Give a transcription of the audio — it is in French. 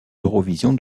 eurovision